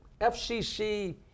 FCC